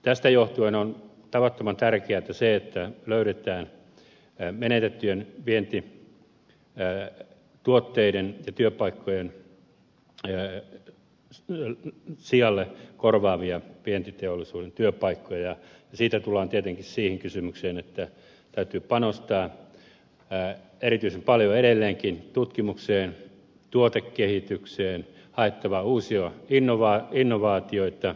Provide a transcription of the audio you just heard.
tästä johtuen on tavattoman tärkeätä se että löydetään menetettyjen vientituotteiden ja työpaikkojen sijalle korvaavia vientiteollisuuden työpaikkoja ja siitä tullaan tietenkin siihen kysymykseen että täytyy panostaa erityisen paljon edelleenkin tutkimukseen tuotekehitykseen on haettava uusia innovaatioita